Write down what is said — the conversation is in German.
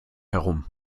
herum